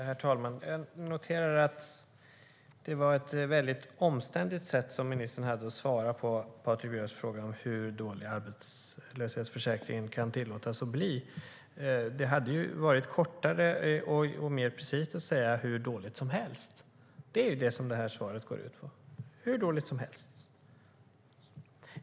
Herr talman! Jag noterar att ministern på ett mycket omständligt sätt svarade på Patrik Björcks fråga om hur dålig arbetslöshetsförsäkringen kan tillåtas bli. Det hade varit mer precist att säga: hur dåligt som helst. Det är det som detta svar går ut på.